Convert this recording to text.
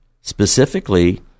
specifically